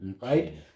right